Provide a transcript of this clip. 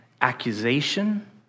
accusation